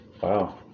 Wow